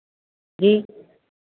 जी